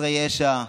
בחסרי ישע,